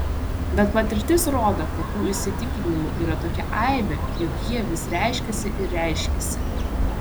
bet patirtis rodo kad tų įsitikinimų yra tokia aibė jog jie vis reiškiasi ir reiškiasi